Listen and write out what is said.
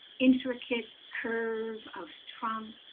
intricate curve of trunk